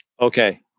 Okay